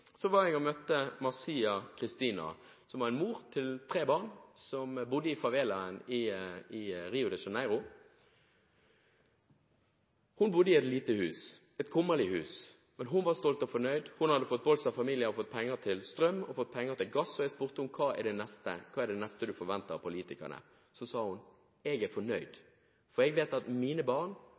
jeg Marcia Christina. Hun var mor til tre barn og bodde i favelaen i Rio de Janeiro. Hun bodde i et lite, kummerlig hus, men hun var stolt og fornøyd. Hun hadde fått Bolsa Familia og fått penger til strøm og gass, og jeg spurte henne hva som var det neste hun forventet av politikerne. Da sa hun: Jeg er fornøyd, for jeg vet at mine barn